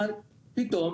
אבל פתאום